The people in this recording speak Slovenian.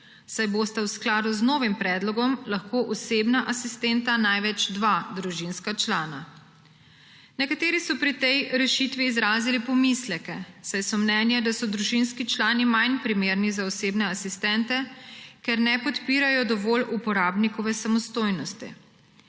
saj bosta v skladu z novim predlogom lahko osebna asistenta največ dva družinska člana. Nekateri so pri tej rešitvi izrazili pomisleke, saj so mnenja, da so družinski člani manj primerni za osebne asistente, ker ne podpirajo dovolj uporabnikove samostojnosti.